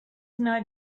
not